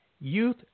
youth